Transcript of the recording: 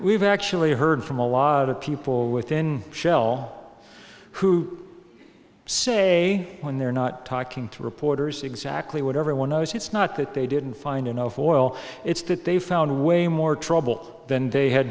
we've actually heard from a lot of people within shell who say when they're not talking to reporters exactly what everyone knows it's not that they didn't find enough oil it's that they found way more trouble than the